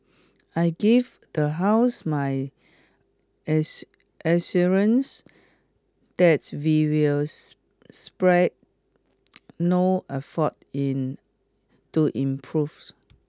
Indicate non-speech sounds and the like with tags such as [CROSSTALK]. I give the House my [UNINTELLIGIBLE] assurance that we will [UNINTELLIGIBLE] spare no effort in to improves